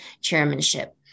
Chairmanship